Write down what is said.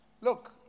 look